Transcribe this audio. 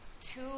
two